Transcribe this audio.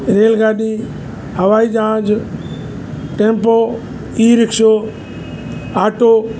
रेलगाॾी हवाई जहाज टैम्पो ई रिक्शो आटो